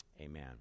amen